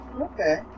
Okay